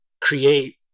create